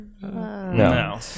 No